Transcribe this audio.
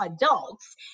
adults